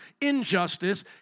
injustice